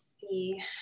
See